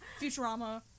Futurama